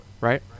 right